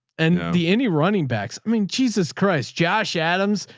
and the any running backs, i mean, jesus christ, josh adams,